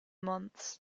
months